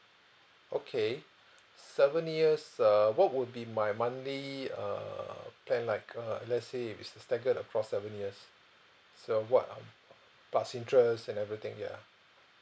okay seven years uh what would be my monthly err plan like uh let's say if it is staggered across seven years so what um plus interest and everything ya